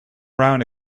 round